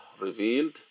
revealed